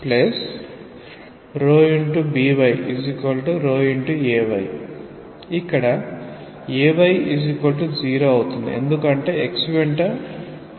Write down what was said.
ddybyay ఇక్కడ ay0ఎందుకంటే ఇది x వెంట యాక్సెలేరేట్ అవుతుంది